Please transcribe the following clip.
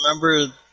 remember